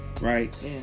right